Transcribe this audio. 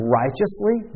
righteously